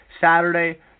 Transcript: Saturday